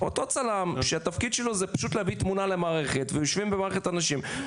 אותו צלם שהתפקיד שלו זה פשוט להביא תמונה למערכת ויושבים במערכת אנשים,